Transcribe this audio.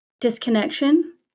disconnection